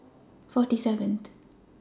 forty seven th